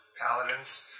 paladins